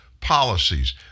policies